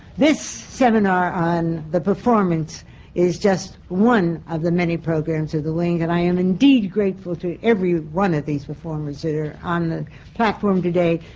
this seminar on the performance is just one of the many programs of the wing. and i am indeed grateful to every one of these performers that, are on the platform today,